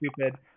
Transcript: stupid